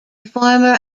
former